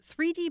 3D